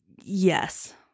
Yes